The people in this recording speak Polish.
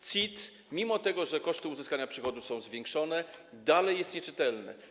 CIT, mimo że koszty uzyskania przychodu są zwiększone, dalej jest nieczytelny.